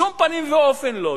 בשום פנים ואופן לא.